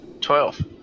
Twelve